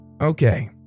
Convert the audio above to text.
Okay